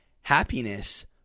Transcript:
happiness